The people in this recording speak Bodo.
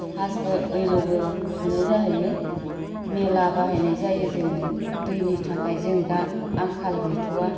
हासबो ओइन'बो सुनाय जाहैयो मेला बाहायनाय जायो जोङो दैनि थाखाय जों दा आंखाल गैथ'वा